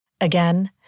Again